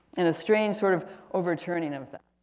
in a strange sort of overturning event.